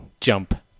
jump